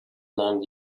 long